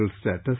status